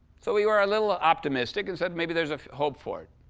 so we were a little optimistic and said, maybe there's a hope for it.